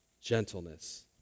gentleness